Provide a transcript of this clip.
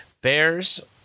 Bears